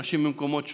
אנשים ממקומות שונים.